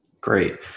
Great